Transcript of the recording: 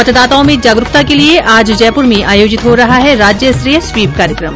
मतदाताओं में जागरूकता के लिए आज जयपुर में आयोजित हो रहा है राज्य स्तरीय स्वीप कार्यक्रम